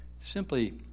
Simply